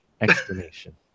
explanation